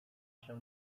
się